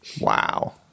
Wow